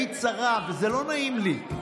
היית שרה, וזה לא נעים לי.